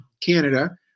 Canada